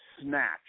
snatch